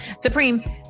Supreme